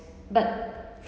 but